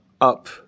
up